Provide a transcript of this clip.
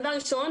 ראשית,